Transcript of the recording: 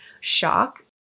shock